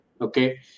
Okay